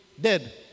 Dead